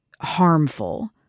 harmful